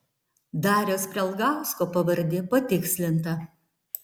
dariaus prialgausko pavardė patikslinta